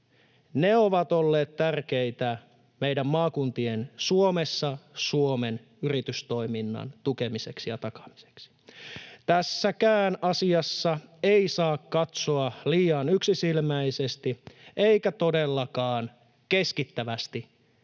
Ne ovat olleet tärkeitä meidän maakuntien Suomessa Suomen yritystoiminnan tukemiseksi ja takaamiseksi. Tässäkään asiassa ei saa katsoa liian yksisilmäisesti eikä todellakaan keskittävästi,